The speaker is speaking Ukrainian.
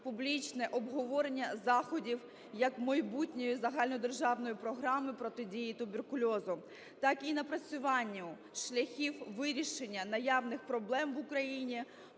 публічне обговорення заходів як майбутньої загальнодержавної програми протидії туберкульозу, так і напрацюванню шляхів вирішення наявних проблем в Україні,